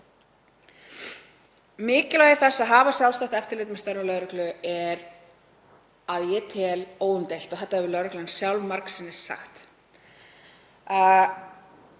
Mikilvægi þess að hafa sjálfstætt eftirlit með störfum lögreglu er að ég tel óumdeilt, og þetta hefur lögreglan sjálf margsinnis sagt,